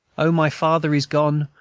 o, my father is gone,